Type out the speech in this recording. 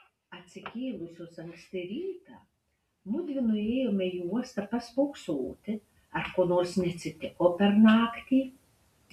atsikėlusios anksti rytą mudvi nuėjome į uostą paspoksoti ar ko nors neatsitiko per naktį